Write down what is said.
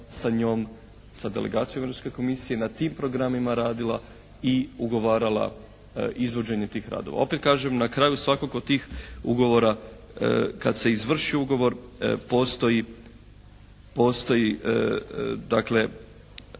sa njom sa delegacijom Europske komisije na tim programima radila i ugovarala izvođenje tih radova. Opet kažem na kraju svakog od tih ugovora kad se izvrši ugovor postoji dakle